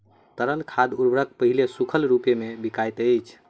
तरल खाद उर्वरक पहिले सूखल रूपमे बिकाइत अछि